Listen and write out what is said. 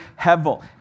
hevel